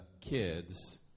kids